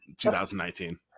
2019